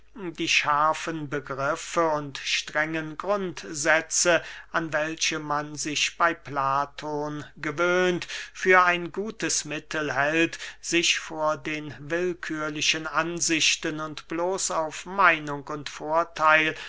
die scharfen begriffe und strengen grundsätze an welche man sich bey platon gewöhnt für ein gutes mittel hält sich vor den willkührlichen ansichten und bloß auf meinung und vortheil